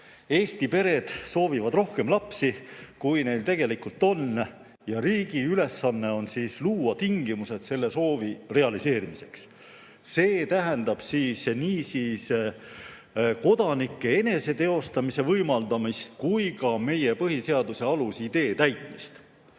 Eesti pered soovivad rohkem lapsi, kui neil tegelikult on, ja riigi ülesanne on luua tingimused selle soovi realiseerimiseks. See tähendab nii kodanike eneseteostamise võimaldamist kui ka meie põhiseaduse alusidee täitmist.